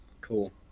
cool